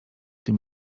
się